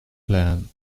plan